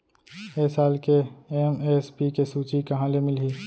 ए साल के एम.एस.पी के सूची कहाँ ले मिलही?